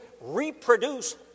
reproduce